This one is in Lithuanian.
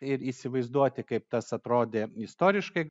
ir įsivaizduoti kaip tas atrodė istoriškai